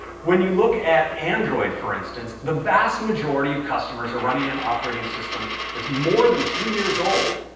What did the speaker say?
when you look at android for instance, the vast majority of customers are running an operating system that's more than two years old.